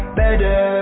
better